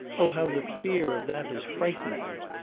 oh, how the fear of that has frightened me!